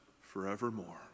forevermore